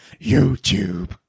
YouTube